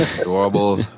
Adorable